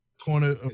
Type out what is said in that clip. corner